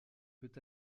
peut